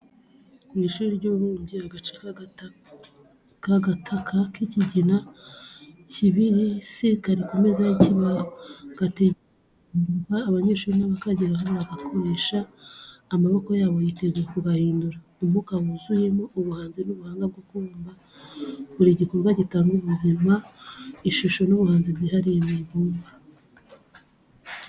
Mu ishuri ry’ububumbyi, agace k’agataka k’ikigina kibisi kari ku meza y’ikibaho, gategereje guhindurwa. Abanyeshuri nibakageraho baragakoresha, amaboko yabo yiteguye kugahindura. Umwuka wuzuyemo ubuhanzi n’ubuhanga bwo kubumba, buri gikorwa gitanga ubuzima, ishusho, n’ubuhanzi bwihariye mu ibumba.